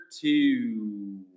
two